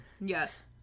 Yes